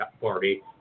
Party